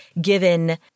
given